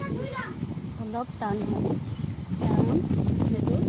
অলপ টান হয় কাৰণ সেইটো